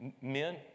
Men